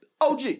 OG